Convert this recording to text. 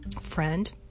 Friend